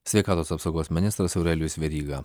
sveikatos apsaugos ministras aurelijus veryga